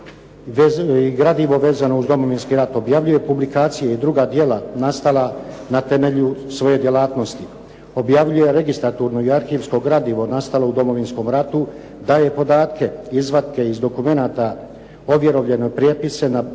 i gradivo vezano uz Domovinski rat, objavljuje publikacije i druga djela nastala na temelju svoje djelatnosti, objavljuje registraturno i arhivsko gradivo nastalo u Domovinskom ratu, daje podatke i izvatke iz dokumenata ovjerovljene prijepise na